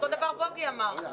אותו דבר בוגי יעלון אמר.